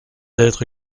être